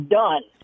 done